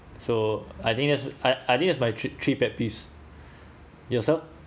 so I think that's I I think that’s my three three pet peeves yourself